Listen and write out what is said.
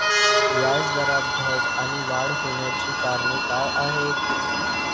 व्याजदरात घट आणि वाढ होण्याची कारणे काय आहेत?